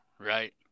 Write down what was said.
Right